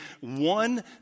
one